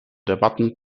debatten